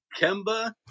Kemba